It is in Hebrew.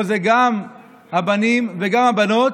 פה זה גם הבנים וגם הבנות.